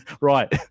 right